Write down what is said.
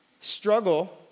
Struggle